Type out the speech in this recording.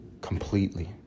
completely